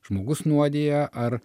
žmogus nuodija ar